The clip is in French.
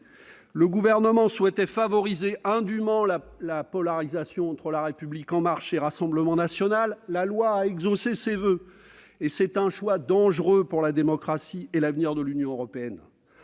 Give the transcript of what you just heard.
Le Gouvernement souhaitait favoriser indûment la polarisation entre La République en marche et le Rassemblement national ; la loi a exaucé ses voeux. C'est un choix dangereux pour la démocratie et l'avenir de l'Union européenne.